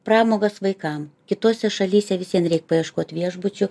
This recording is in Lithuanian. pramogas vaikam kitose šalyse vis vien reik paieškot viešbučių